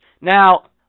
Now